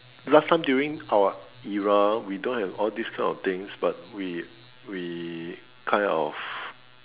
last time during our era we don't have all these kind of things but we we kind of